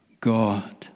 God